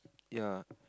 ya